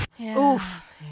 Oof